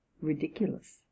ridiculous